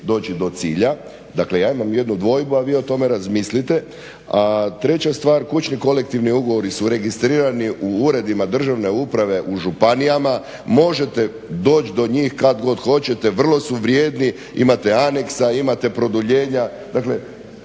doći do cilja. Dakle ja imam jednu dvojbu, a vi o tome razmislite. A treća stvar, kućni kolektivni ugovor su registrirani u uredima državne uprave u županijama. Možete doć do njih kad god hoćete, vrlo su vrijedni, imate ankesa, imate produljenja.